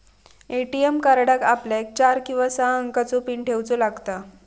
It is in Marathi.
ए.टी.एम कार्डाक आपल्याक चार किंवा सहा अंकाचो पीन ठेऊचो लागता